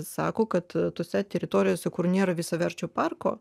sako kad tose teritorijose kur nėra visaverčio parko